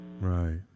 Right